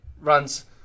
runs